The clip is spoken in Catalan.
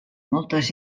moltes